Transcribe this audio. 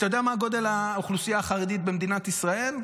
אתה יודע מה גודל האוכלוסייה החרדית במדינת ישראל?